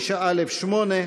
9(א)(6),